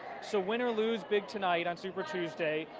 so when or lose big tonight, on super tuesday,